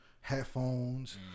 headphones